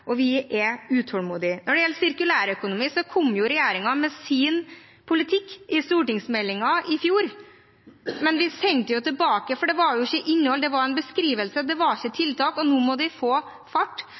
Vi er utålmodige. Når det gjelder sirkulærøkonomi, kom regjeringen med sin politikk i stortingsmeldingen i fjor. Men vi sendte den tilbake, for det var ikke innhold, det var en beskrivelse, det var ikke